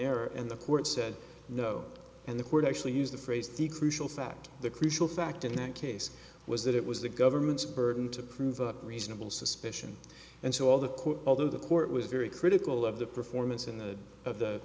error and the court said no and the court actually used the phrase the crucial fact the crucial fact in that case was that it was the government's burden to prove a reasonable suspicion and so all the court although the court was very critical of the performance in the of the